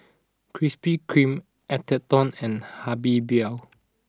Krispy Kreme Atherton and Habibie